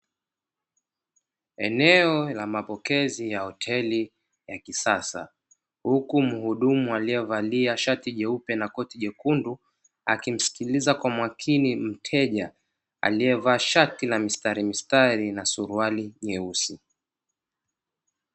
Eneo la mapokezi ya hoteli ya kisasa huku mhudumu aliyevalia shati jeupe na koti jekundu akimsikiliza kwa makini mteja aliyevaa shati la mistarimistari na suruali nyeusi.